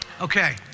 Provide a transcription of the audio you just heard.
okay